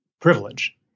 privilege